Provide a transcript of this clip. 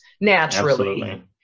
naturally-